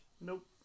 Nope